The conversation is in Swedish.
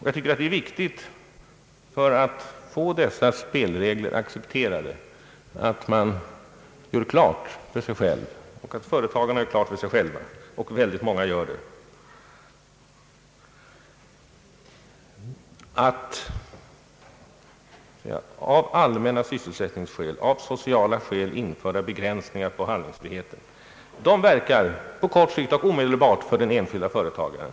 Jag tycker att det är viktigt, för att få dessa spelregler accepterade, att man gör klart för sig själv och att företagarna gör klart för sig själva att av allmänna sysselsättningsskäl och av sociala skäl införda begränsningar i handlingsfriheten på kort sikt och omedelbart för den enskilde företaga Ang.